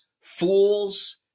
fools